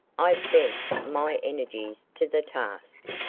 i bent my energies to the task.